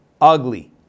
Ugly